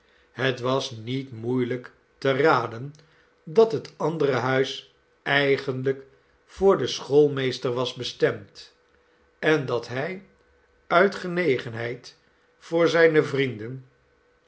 het was niet moeielijk te raden dat het andere huis eigenlijk voor den schoolmeester was bestemd en dat hij uit genegenheid voor zijne vrienden